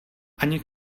ani